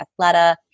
Athleta